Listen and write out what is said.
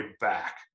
back